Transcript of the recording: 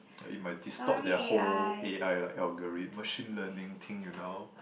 it might distort their whole a_i like algo~ machine learning thing you know